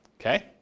Okay